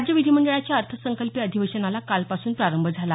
राज्य विधी मंडळाच्या अर्थसंकल्पीय अधिवेशनाला कालपासून प्रारंभ झाला